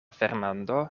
fernando